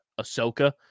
Ahsoka